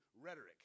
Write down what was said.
rhetoric